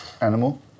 animal